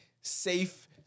safe